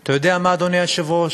אתה יודע מה, אדוני היושב-ראש,